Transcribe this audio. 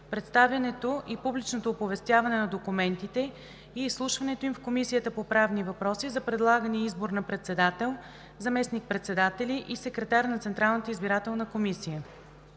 представянето и публичното оповестяване на документите и изслушването им в Комисията по правни въпроси, за предлагане и избор на председател, заместник-председатели и секретар на Централната избирателна комисия